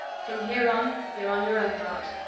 from here on, you're on your own, bart.